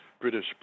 British